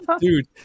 dude